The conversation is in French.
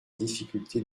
difficulté